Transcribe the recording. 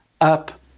up